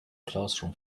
classroom